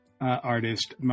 artist